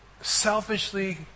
selfishly